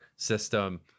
system